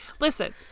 listen